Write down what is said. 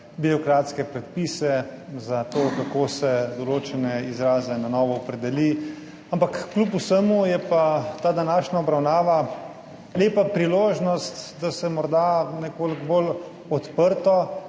birokratske predpise, za to kako se določene izraze na novo opredeli, ampak kljub vsemu je pa ta današnja obravnava lepa priložnost, da se morda nekoliko bolj odprto